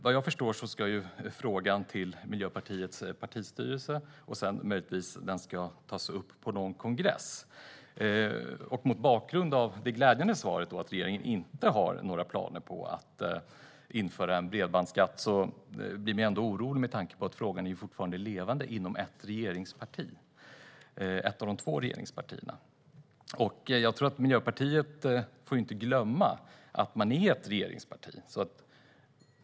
Vad jag förstår ska frågan till Miljöpartiets partistyrelse och sedan möjligtvis tas upp på någon kongress. Mot bakgrund av det glädjande svaret att regeringen inte har några planer på att införa en bredbandsskatt blir jag ändå orolig med tanke på att frågan fortfarande är levande inom ett av de två regeringspartierna. Miljöpartiet får inte glömma att det är ett regeringsparti.